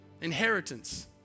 inheritance